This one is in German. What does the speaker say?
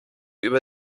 über